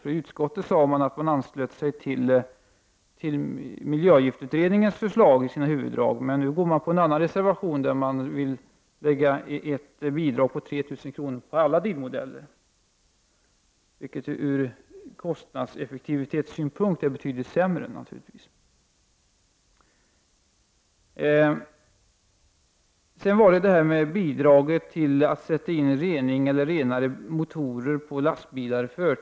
I utskottet sade man att man anslöt sig till miljöavgiftutredningens förslag i dess huvuddrag, men här stöder man en annan reservation som föreslår ett bidrag med 3 000 kr. till alla bilmodeller. Detta är betydligt sämre ur kostnadseffektivitetssynpunkt. Jag vill behandla frågan om bidrag till att i förtid sätta in renare motorer på lastbilar.